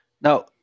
Now